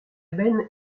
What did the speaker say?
benne